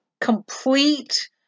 complete